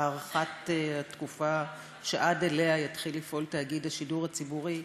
הארכת התקופה שעד אליה יתחיל לפעול תאגיד השידור הציבורי,